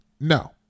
No